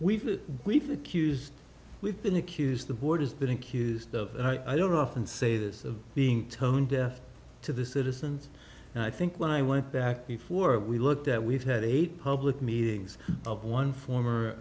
used we've been accused the board is been accused of and i don't often say this of being tone deaf to the citizens and i think when i went back before we looked at we've had eight public meetings of one form or